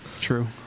True